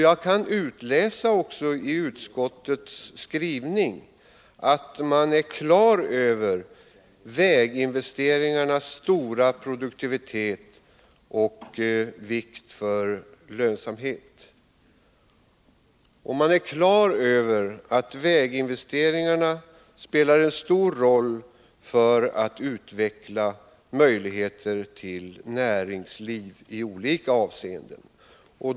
Jag kan av utskottets skrivning utläsa att man är klar över väginvesteringarnas stora produktivitet och vikt för lönsamheten. Man är också klar över att väginvesteringarna spelar en stor roll när det gäller att utveckla möjligheterna till näringsliv i olika avseenden.